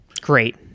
great